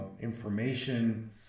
information